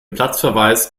platzverweis